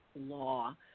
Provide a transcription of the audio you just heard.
law